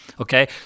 okay